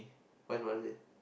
what his mother say